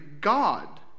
God